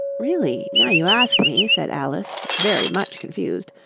really, now you ask me said alice, very much confused,